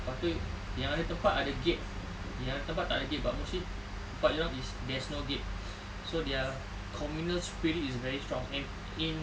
lepas tu yang ada tempat ada gate yang ada tempat tak ada gate but mostly tempat dia orang is there's no gate so their communals spirit is very strong and in